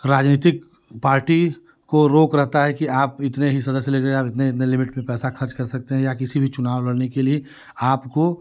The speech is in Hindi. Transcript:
राजनीतिक पार्टी को रोक रहता है कि आप इतने ही सदस्य लेते जाएँ इतने इतने लिमिट में पैसा खर्च कर सकते हैं या किसी भी चुनाव लड़ने के लिए आपको